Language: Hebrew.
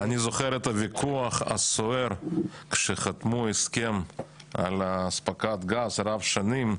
אני זוכר את הוויכוח הסוער כשחתמו הסכם על אספקת גז רב-שנים,